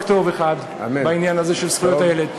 טוב אחד בעניין הזה של זכויות הילד.